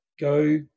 go